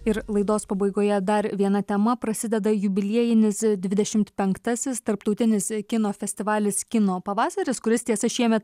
ir laidos pabaigoje dar viena tema prasideda jubiliejinis dvidešimt penktasis tarptautinis kino festivalis kino pavasaris kuris tiesa šiemet